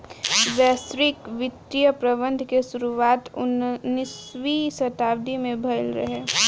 वैश्विक वित्तीय प्रबंधन के शुरुआत उन्नीसवीं शताब्दी में भईल रहे